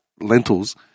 Lentils